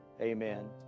Amen